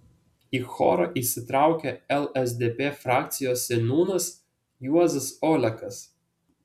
į chorą įsitraukė lsdp frakcijos seniūnas juozas olekas